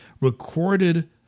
recorded